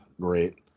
Great